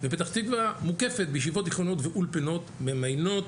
ופתח תקווה מוקפת בישיבות תיכוניות ואולפנות ממיינות,